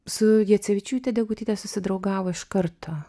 su jacevičiūte degutytė susidraugavo iš karto